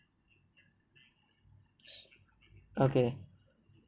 okay